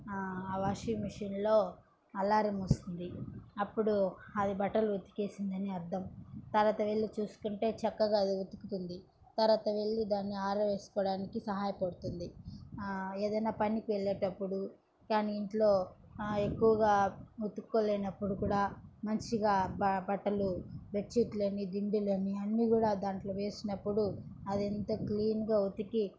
ఆ వాషింగ్ మిషన్లో అల్లారం వస్తుంది అప్పుడు అది బట్టలు ఉతికేసిందని అర్థం తర్వాత వెళ్ళి చూసుకుంటే చక్కగా అది ఉతుకుతుంది తర్వాత వెళ్ళి దాన్ని ఆర వేసుకోవడానికి సహాయపడుతుంది ఏదైనా పనికి వెళ్ళేటప్పుడు కానీ ఇంట్లో ఎక్కువగా ఉతుక్కో లేనప్పుడు కూడా మంచిగా బ బట్టలు బెడ్షీట్లు అని దిండులని అన్నీ కూడా దాంట్లో వేసినప్పుడు అది ఎంత క్లీన్గా ఉతికి